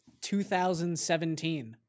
2017